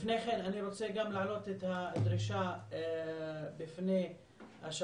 לפני כן אני רוצה גם להעלות את הדרישה בפני השב"ס